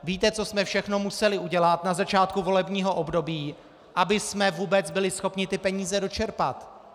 Víte, co jsme všechno museli udělat na začátku volebního období, abychom vůbec byli schopni ty peníze dočerpat.